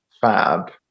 fab